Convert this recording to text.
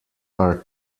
are